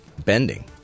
bending